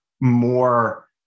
more